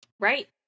Right